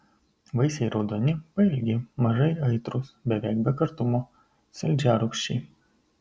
vaisiai raudoni pailgi mažai aitrūs beveik be kartumo saldžiarūgščiai